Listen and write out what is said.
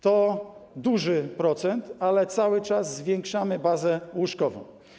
To duży procent, ale cały czas zwiększamy bazę łóżkową.